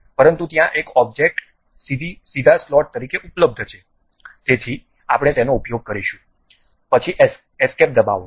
પરંતુ ત્યાં એક ઑબ્જેક્ટ સીધી સ્લોટ તરીકે ઉપલબ્ધ છે તેથી આપણે તેનો ઉપયોગ કરીશું પછી એસ્કેપ દબાવો